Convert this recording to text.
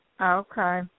Okay